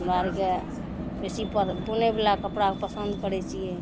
हमरा आओरके बेसीपर बुनैवला कपड़ाके पसन्द करै छिए